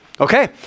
Okay